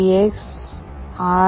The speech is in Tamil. X R